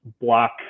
block